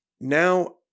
Now